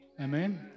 Amen